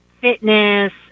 fitness